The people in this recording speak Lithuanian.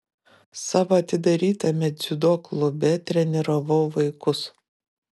savo atidarytame dziudo klube treniravau vaikus